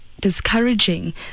discouraging